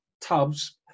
Tubs